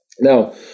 Now